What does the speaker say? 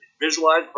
visualize